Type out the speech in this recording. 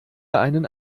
einen